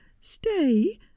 stay